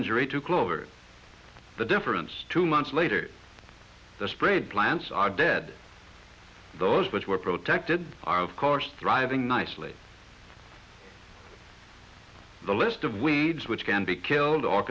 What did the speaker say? injury to clover the difference two months later the sprayed plants are dead those which were protected are of course thriving nicely the list of weeds which can be killed